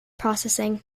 processing